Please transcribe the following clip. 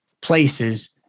places